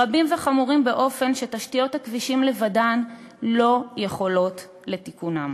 רבים וחמורים באופן שתשתיות הכבישים לבדן לא יכולות לתקנם.